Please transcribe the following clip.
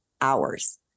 hours